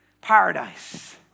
Paradise